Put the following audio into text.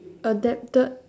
adapted